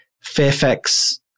Fairfax